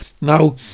Now